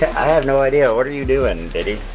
i have no idea, what are you doing diddy?